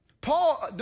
Paul